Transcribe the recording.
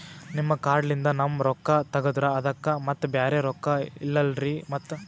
ನಿಮ್ ಕಾರ್ಡ್ ಲಿಂದ ನಮ್ ರೊಕ್ಕ ತಗದ್ರ ಅದಕ್ಕ ಮತ್ತ ಬ್ಯಾರೆ ರೊಕ್ಕ ಇಲ್ಲಲ್ರಿ ಮತ್ತ?